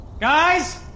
Guys